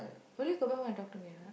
will you go back home and talk to me or not